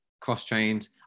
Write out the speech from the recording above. cross-trained